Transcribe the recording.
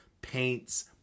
paints